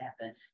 happen